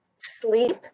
sleep